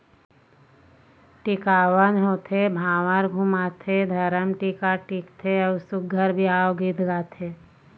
टिकावन होथे, भांवर घुमाथे, धरम टीका टिकथे अउ सुग्घर बिहाव गीत गाथे